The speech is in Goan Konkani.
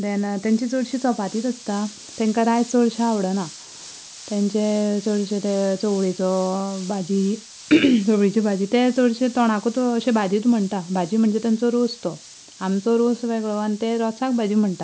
धेन तेंची चडशी चपातीच आसता तेंका रायस चडशें आवडना तेंचें चडशें ते चंवळेचो भाजी चंवळेची भाजी ते चडशे तोणाकूच अशे भाजीच म्हणटा भाजी म्हणचे तेंचो रोस तो आमचो रोस वेगळो आनी ते रोसाक भाजी म्हणटा